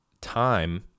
time